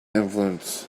influence